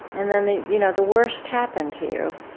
and then the you know the worst happened to you